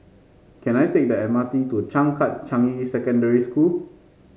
can I take the M R T to Changkat Changi Secondary School